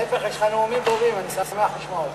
להפך, יש לך נאומים טובים, אני שמח לשמוע אותך.